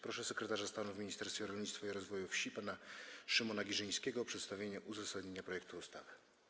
Proszę sekretarza stanu w Ministerstwie Rolnictwa i Rozwoju Wsi pana Szymona Giżyńskiego o przedstawienie uzasadnienia projektu ustawy.